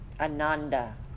Ananda